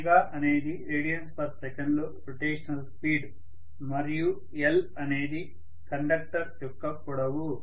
ω అనేది rads లో rotational speed మరియు l అనేది కండక్టర్ యొక్క పొడవు